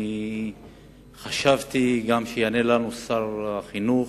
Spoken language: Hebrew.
גם אני חשבתי שיענה לנו שר החינוך,